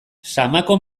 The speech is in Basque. samako